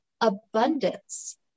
abundance